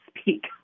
speak